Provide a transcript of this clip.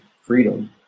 freedom